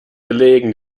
gelegen